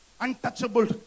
untouchable